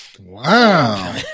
Wow